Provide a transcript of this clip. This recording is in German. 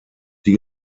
die